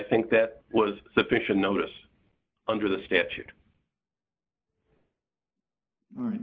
think that was sufficient notice under the statute